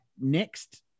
next